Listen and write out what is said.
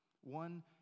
One